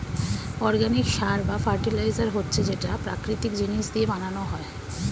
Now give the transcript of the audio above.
organic সার বা fertiliser হচ্ছে যেটা প্রাকৃতিক জিনিস দিয়ে বানানো হয়